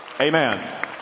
Amen